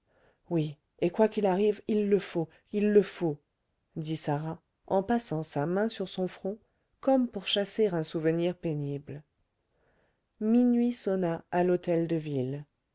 oui et quoi qu'il arrive il le faut il le faut dit sarah en passant sa main sur son front comme pour chasser un souvenir pénible minuit sonna à l'hôtel de ville